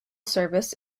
service